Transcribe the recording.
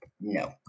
no